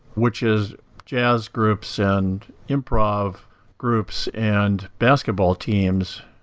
which is jazz groups and improv groups and basketball teams,